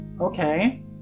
Okay